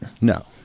No